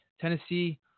Tennessee